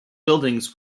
buildings